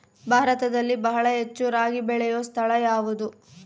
ಭಾರತದಲ್ಲಿ ಬಹಳ ಹೆಚ್ಚು ರಾಗಿ ಬೆಳೆಯೋ ಸ್ಥಳ ಯಾವುದು?